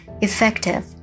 effective